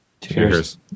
Cheers